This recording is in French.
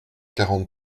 quarante